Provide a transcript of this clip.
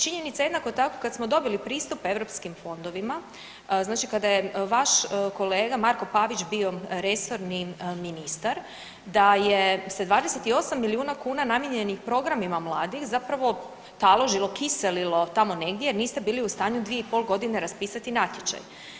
Činjenica jednako tako kada smo dobili pristup eu fondovima znači kada je vaš kolega Marko Pavić bio resorni ministar da je se 28 milijuna kuna namijenjenih programima mladih zapravo taložilo, kiselilo tamo negdje jer niste bili u stanju dvije i pol godine raspisati natječaj.